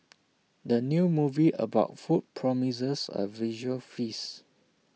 the new movie about food promises A visual feast